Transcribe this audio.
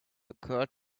occured